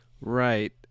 Right